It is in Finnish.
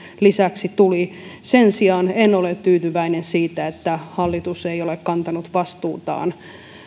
lisäksi tuli sen sijaan en ole tyytyväinen siihen että hallitus ei ole kantanut vastuutaan